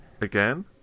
again